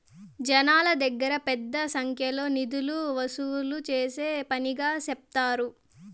జనాల దగ్గర పెద్ద సంఖ్యలో నిధులు వసూలు చేసే పనిగా సెప్తారు